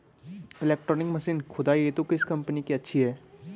Electronic machine खुदाई हेतु किस कंपनी की अच्छी है?